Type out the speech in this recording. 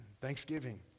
thanksgiving